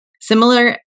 Similar